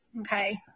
Okay